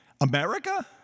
America